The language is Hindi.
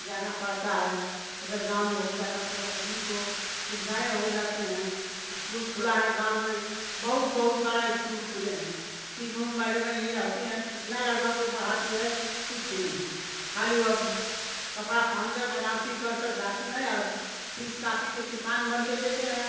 जाना पड़ता है अगर गाँव में हो जाता तो आदमी को सुविधाएँ हो जाते हैं इस्कूल खुला है गाँव में बहुत बहुत सारा इस्कूल खुले हैं किसमें मैडमें ही रहती हैं कितना लड़काें को पढ़ाती है कुछ नहीं खाली वह कपड़ा पहनकर बनावटी कर कर जाती हैं और फीस कापी तो किसान मर के देते हैं